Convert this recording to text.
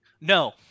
No